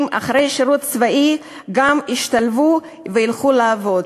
אחרי שירות צבאי גם ישתלבו וילכו לעבוד.